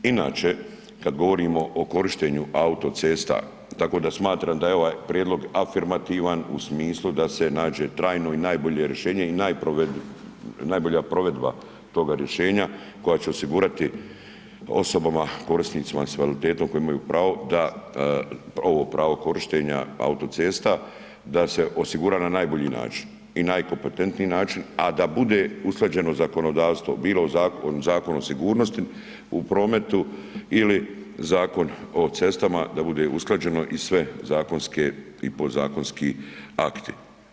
Inače, kad govorimo o korištenju autocesta, tako da smatram da je ovaj prijedlog afirmativan u smislu da se nađe trajno i najbolje rješenje i najbolja provedba toga rješenja koja će osigurati osobama, korisnicima s invaliditetom koji imaju pravo da, ovo pravo korištenja autocesta da se osigura na najbolji način i najkompetentniji način, a da bude usklađeno zakonodavstvo bilo Zakonom o sigurnosti u prometu ili Zakon o cestama, da bude usklađeno i sve zakonske i podzakonski akti.